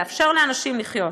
לאפשר לאנשים לחיות.